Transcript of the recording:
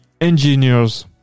engineers